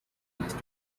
guest